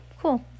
cool